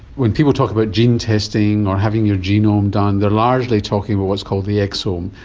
when people talk about gene testing or having your genome done, they are largely talking about what's called the exome,